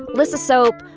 lissa soep,